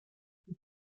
fünf